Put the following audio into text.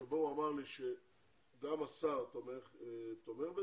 שבו הוא אמר לי למה השר תומך בזה.